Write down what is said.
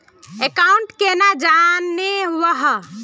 Account केना जाननेहव?